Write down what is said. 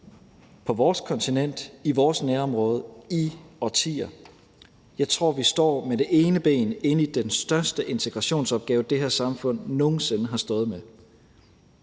på vores kontinent, i vores nærområde, i årtier. Jeg tror, at vi står med det ene ben inde i den største integrationsopgave, det her samfund nogen sinde har stået med.